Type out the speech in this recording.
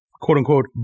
quote-unquote